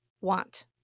want